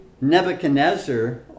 Nebuchadnezzar